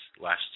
last